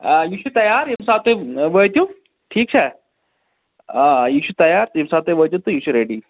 یہِ چھُ تیار ییٚمہِ ساتہٕ تُہۍ وٲتِو ٹھیٖک چھا آ یہِ چھُ تیار ییٚمہِ ساتہٕ تُہۍ وٲتِو یہِ چھُ ریڈی